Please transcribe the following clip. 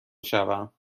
شوم